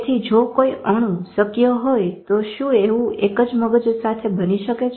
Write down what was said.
તેથી જો કોઈ અણુ શક્ય હોય તો શું એવું એક જ મગજ સાથે બની શકે છે